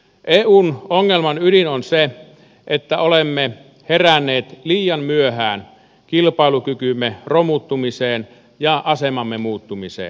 eun ongelman ydin on se että olemme heränneet liian myöhään kilpailukykymme romuttumiseen ja asemamme muuttumiseen